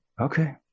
Okay